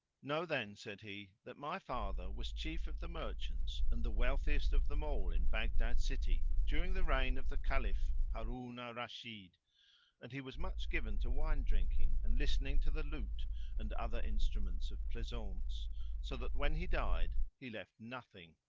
know then, said he, that my father was chief of the merchants and the wealthiest of them all in baghdad city during the reign of the caliph harun al rashid and he was much given to wine drinking and listening to the lute and the other instruments of pleasaunce so that when he died he left nothing.